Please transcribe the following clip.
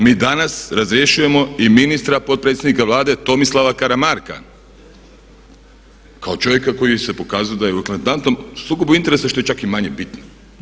Mi danas razrješujemo i ministra potpredsjednika Vlade Tomislava Karamarka kao čovjeka koji se pokazao da je u eklatantnom sukobu interesa što je čak i manje bitno.